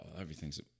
everything's